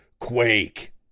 Quake